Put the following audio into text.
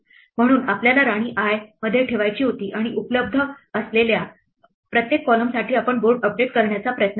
म्हणून आपल्याला राणी i मध्ये ठेवायची होती आणि उपलब्ध असलेल्या प्रत्येक column साठी आपण बोर्ड अपडेट करण्याचा प्रयत्न करू